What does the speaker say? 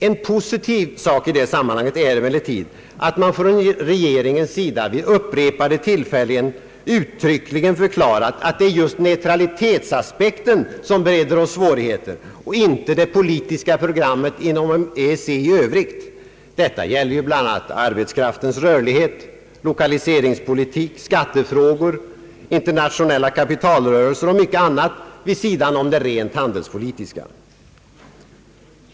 En positiv sak i det sammanhanget är emellertid att regeringen vid upprepade tillfällen uttryckligen förklarat att det är just neutralitetsaspekten som bereder oss svårigheter och inte det politiska programmet inom EEC i övrigt. Detta gäller ju bl.a. arbetskraftens rörlighet, lokaliseringspolitik, skattefrågor, internationella kapitalrörelser och mycket annat vid sidan om det rent handelspolitiska.